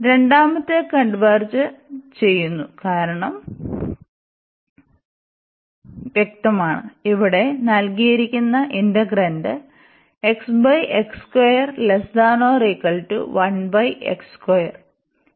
രണ്ടാമത്തേത് കൺവെർജ് ചെയ്യുന്നു കാരണവും വ്യക്തമാണെന്ന് ഇവിടെ നൽകിയിരിക്കുന്ന ഇന്റെഗ്രാൻഡ്